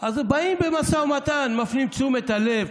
אז באים במשא ומתן, ומפנים את תשומת הלב.